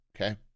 okay